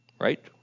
Right